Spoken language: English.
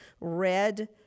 red